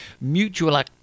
Mutual